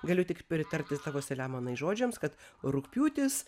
galiu tik pritarti tavo selemonai žodžiams kad rugpjūtis